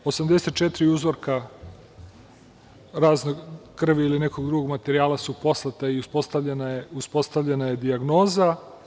Dakle, 84 uzorka razne krvi ili nekog drugog materijala su poslata i uspostavljena je dijagnoza.